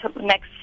next